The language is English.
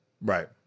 Right